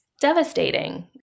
devastating